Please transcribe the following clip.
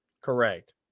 Correct